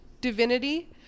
divinity